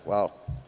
Hvala.